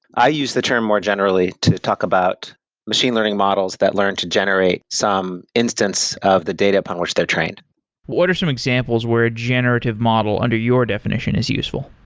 i use the term more generally to talk about machine learning models that learn to generate some instance of the data upon which they're trained what are some examples where a generative model under your definition is useful?